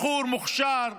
בחור מוכשר,